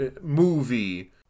movie